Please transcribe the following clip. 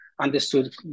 understood